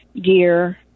gear